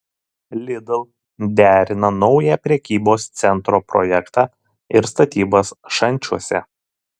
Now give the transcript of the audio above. lidl derina naują prekybos centro projektą ir statybas šančiuose